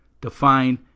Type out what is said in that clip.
define